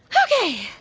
ok.